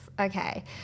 Okay